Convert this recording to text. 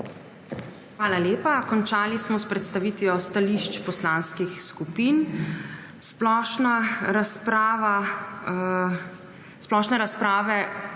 Hvala lepa. Končali smo s predstavitvijo stališč poslanskih skupin. Splošne razprave zdaj ne bo, zaradi